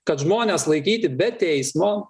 kad žmones laikyti be teismo